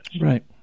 Right